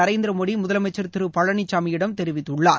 நரேந்திர மோடி முதலமைச்சர் திருபழனிசாமியிடம் தெரிவித்துள்ளார்